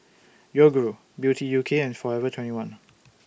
Yoguru Beauty U K and Forever twenty one